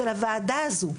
של הוועדה הזו,